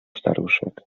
staruszek